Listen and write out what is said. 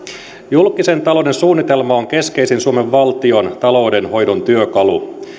julkisen talouden suunnitelma on keskeisin suomen valtion taloudenhoidon työkalu